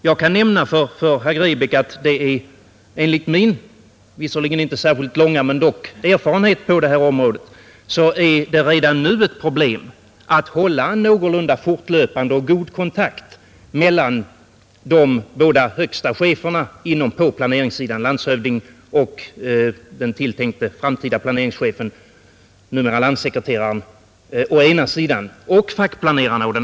Jag kan nämna för herr Grebäck att enligt min visserligen inte särskilt långa men dock erfarenhet på detta område är det redan nu ett problem att hålla en någorlunda fortlöpande och god kontakt mellan de båda högsta cheferna på planeringssidan, landshövdingen och den tilltänkte framtida planeringschefen — nuvarande landssekreteraren — och fackplanerarna.